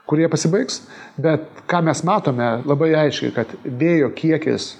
kur jie pasibaigs bet ką mes matome labai aiškiai kad vėjo kiekis